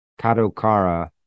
Kadokara